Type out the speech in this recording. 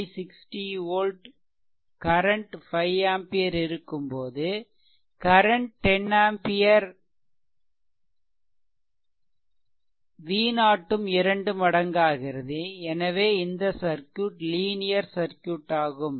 V0 20 60 volt current 5 ampere இருக்கும் போது current 10 ampere V0 ம் இரண்டு மடங்காகிறது எனவே இந்த சர்க்யூட் லீனியர் ஆகும்